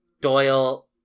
Doyle